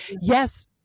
yes